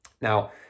Now